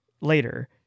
later